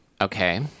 Okay